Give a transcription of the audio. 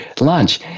lunch